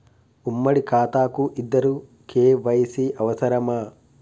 ఉమ్మడి ఖాతా కు ఇద్దరు కే.వై.సీ అవసరమా?